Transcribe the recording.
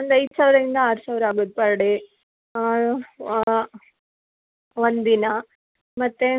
ಒಂದು ಐದು ಸಾವಿರದಿಂದ ಆರು ಸಾವಿರ ಆಗುತ್ತೆ ಪರ್ ಡೆ ಒಂದು ದಿನ ಮತ್ತು